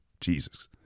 Jesus